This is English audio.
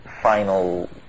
final